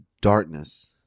darkness